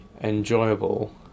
enjoyable